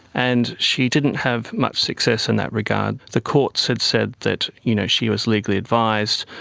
and she didn't have much success in that regard. the courts had said that you know she was legally advised,